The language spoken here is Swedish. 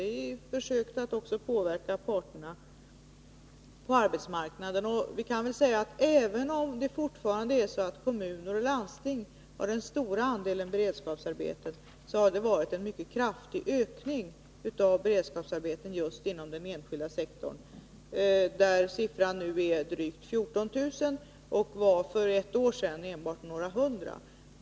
Vi har försökt att påverka parterna på arbetsmarknaden, och även om det fortfarande är kommuner och landsting som har den stora andelen beredskapsarbeten har det varit en mycket kraftig ökning av beredskapsarbeten just inom den enskilda sektorn, där siffran nu är drygt 14 000 mot enbart några hundra för ett år sedan.